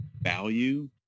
value